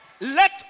Let